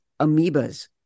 amoebas